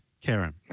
Karen